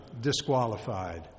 disqualified